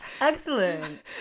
excellent